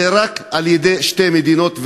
זה רק על-ידי שתי מדינות,